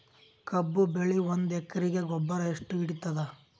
ಕಬ್ಬು ಬೆಳಿ ಒಂದ್ ಎಕರಿಗಿ ಗೊಬ್ಬರ ಎಷ್ಟು ಹಿಡೀತದ?